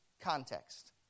context